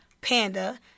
Panda